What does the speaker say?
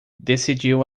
decidiu